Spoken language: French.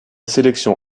sélection